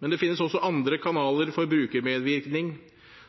Men det finnes også andre kanaler for brukermedvirkning,